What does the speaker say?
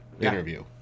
interview